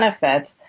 benefits